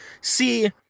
See